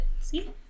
See